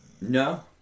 no